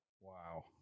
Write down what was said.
Wow